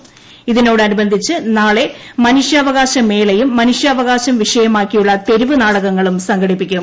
സഹമന്ത്രി ഇതോടനുബന്ധിച്ച് മനുഷ്യാവകാശ നാളെ മേളയും മനുഷ്യാവകാശം വിഷയമാക്കിയുള്ള തെരുവ് നാടകങ്ങളും സംഘടിപ്പിക്കും